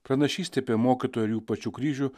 pranašystė apie mokytojo ir jų pačių kryžių